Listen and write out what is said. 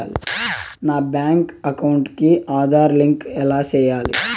నా bank account కి Aadhaar link ఎలా సేయాలి